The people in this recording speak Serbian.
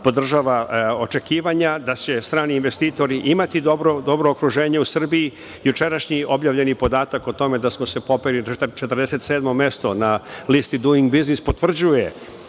podržava očekivanja da će strani investitori imati dobro okruženje u Srbiji. jučerašnji objavljeni podatak o tome da smo se popeli na čak 47 mesto na listi „Duing biznis“ potvrđuje